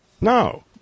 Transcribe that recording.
No